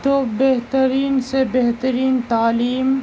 تو بہترین سے بہترین تعلیم